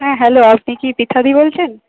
হ্যাঁ হ্যালো আপনি কি পৃথাদি বলছেন